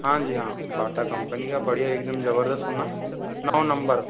हाँ जी हाँ बाटा कंपनी का बढ़िया एकदम ज़बरदस्त हो ना नौ नंबर